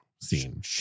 scene